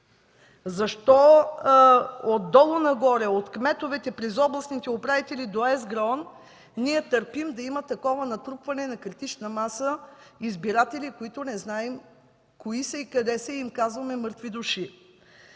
Защо отдолу нагоре – от кметовете, през областните управители, до ЕСГРАОН ние търпим да има такова натрупване на критична маса избиратели, които не знаем кои са, къде са, и им казваме „мъртви души”?